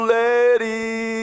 lady